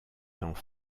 temps